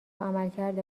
عملکرد